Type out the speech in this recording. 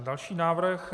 Další návrh.